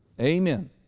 Amen